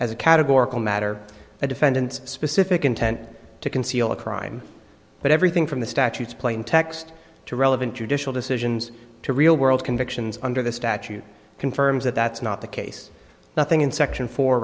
the defendant's specific intent to conceal a crime but everything from the statutes plaintext to relevant judicial decisions to real world convictions under the statute confirms that that's not the case nothing in section fo